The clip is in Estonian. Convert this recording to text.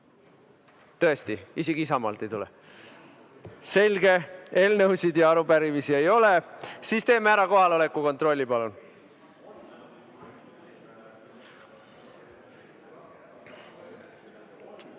Tõesti? Isegi Isamaalt ei tule? Selge. Eelnõusid ja arupärimisi ei ole. Siis teeme kohaloleku kontrolli, palun!